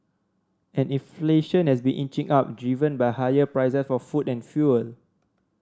and inflation has been inching up driven by higher price for food and fuel